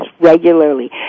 regularly